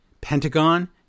pentagon